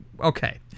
Okay